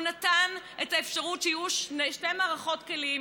הוא נתן את האפשרות שיהיו שתי מערכות כלים,